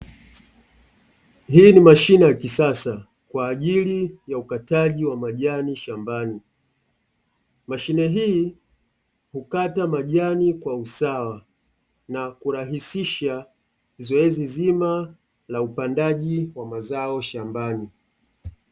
Hii ni mashine ya kisasa kwa ajili ukataji wa majani shambani, mashine hii hukata majani kwa usawa na kurahisisha zoezi zima la upandaji wa mazao shambani.